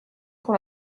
pour